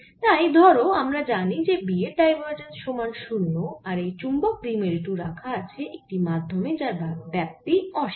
তাই ধরো আমরা জানি যে B এর ডাইভারজেন্স সমান 0 আর এই চুম্বক দ্বিমেরু টি রাখা আছে একটি মাধ্যমে যার ব্যাপ্তি অসীম